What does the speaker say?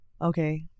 Okay